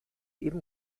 eben